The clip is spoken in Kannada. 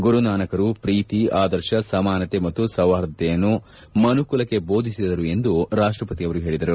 ಗುರು ನಾನಕರು ಪ್ರೀತಿ ಆದರ್ಶ ಸಮಾನತೆ ಮತ್ತು ಸೌಹಾರ್ದತೆಯನ್ನು ಮನುಕುಲಕ್ಕೆ ಬೋಧಿಸಿದರು ಎಂದು ರಾಷ್ಟಪತಿ ಅವರು ಹೇಳಿದರು